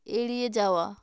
এড়িয়ে যাওয়া